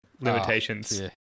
Limitations